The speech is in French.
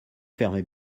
fermez